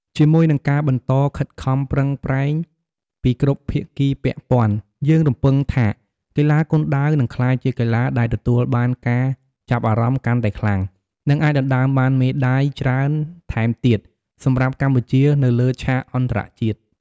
ជាមួយនឹងការបន្តខិតខំប្រឹងប្រែងពីគ្រប់ភាគីពាក់ព័ន្ធ យើងរំពឹងថាកីឡាគុនដាវនឹងក្លាយជាកីឡាដែលទទួលបានការចាប់អារម្មណ៍កាន់តែខ្លាំង និងអាចដណ្តើមបានមេដាយច្រើនថែមទៀតសម្រាប់កម្ពុជានៅលើឆាកអន្តរជាតិ។